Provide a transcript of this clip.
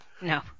No